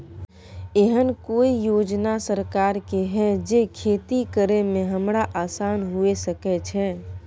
एहन कौय योजना सरकार के है जै खेती करे में हमरा आसान हुए सके छै?